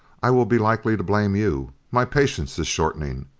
i will be likely to blame you my patience is shortening.